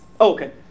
Okay